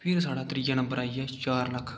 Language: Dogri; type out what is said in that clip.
फ्ही साढ़ा त्रीआ नंबर आई गेआ चार लक्ख